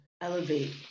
elevate